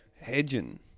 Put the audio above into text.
Hedging